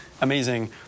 Amazing